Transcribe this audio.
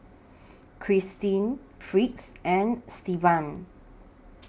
Kristen Fritz and Stevan